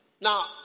Now